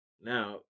Now